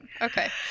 Okay